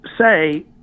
say